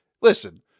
Listen